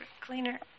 cleaner